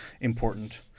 important